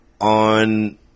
on